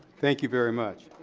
thank you very much.